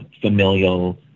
familial